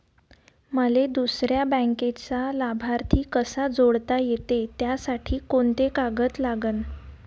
मले दुसऱ्या बँकेचा लाभार्थी कसा जोडता येते, त्यासाठी कोंते कागद लागन?